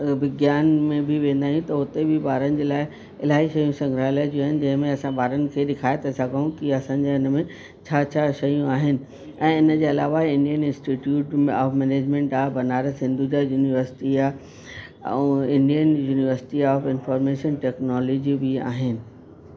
विज्ञान में बि वेंदा आहियूं त हुते बि ॿारनि जे लाइ इलाही शयूं संग्रहालय जूं आहिनि जंहिं में असां ॿारनि खे ॾेखारे था सघूं कि असांजे हिन में छा छा शयूं आहिनि ऐं हिनजे अलावा इंडियन इंस्टिट्यूट ऑफ मैनेजमेंट आहे बनारस हिंदू यूनिवर्सिटी आहे ऐं Indian University of Information Technology बि आहिनि